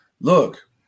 look